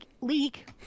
leak